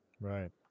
Right